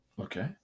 okay